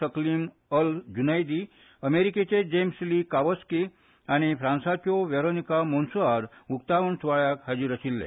सकलीन Al Sunaidi अमेरिकेचे James Lee कावस्ली आनी फ्रांसाच्यो वेटोनिका मोंसूआद उकतावण सूवाळ्याक हाजीर आशिल्ले